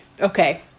Okay